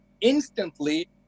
instantly